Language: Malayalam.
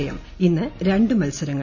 ജയം ഇന്ന് രണ്ട് മത്സരങ്ങൾ